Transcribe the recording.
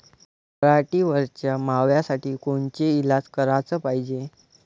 पराटीवरच्या माव्यासाठी कोनचे इलाज कराच पायजे?